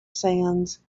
sands